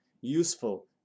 useful